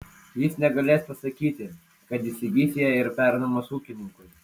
jis negalės pasakyti kad įsigys ją ir pernuomos ūkininkui